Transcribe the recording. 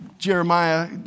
Jeremiah